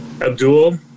Abdul